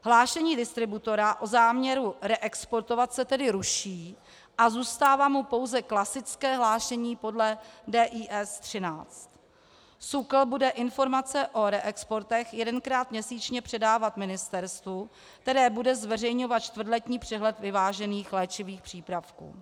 Hlášení distributora o záměru reexportovat se tedy ruší a zůstává mu pouze klasické hlášení podle DIS 13. SÚKL bude informace o reexportech jedenkrát měsíčně předávat ministerstvu, které bude zveřejňovat čtvrtletní přehled vyvezených léčivých přípravků.